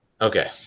Okay